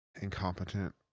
incompetent